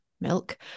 milk